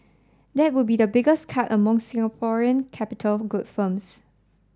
that would be the biggest cut among Singaporean capital good firms